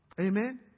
Amen